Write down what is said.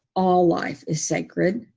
all life is sacred.